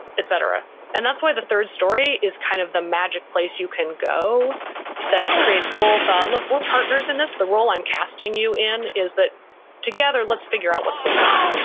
etc. and that's why the third story is kind of the magic place you can go that creates both, ah look, we're partners in this. the role i'm casting you in, is that together, let's figure out what's going on.